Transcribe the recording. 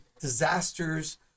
disasters